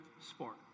sport